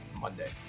Monday